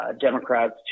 Democrats